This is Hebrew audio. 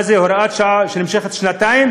מה זה, הוראת שעה שנמשכת שנתיים,